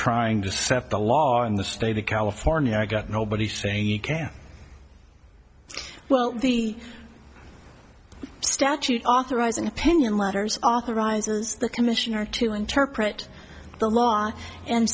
trying to set the law in the state of california i got nobody saying you can't well the statute authorizing opinion matters authorizes the commissioner to interpret the law and